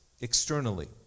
externally